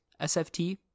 SFT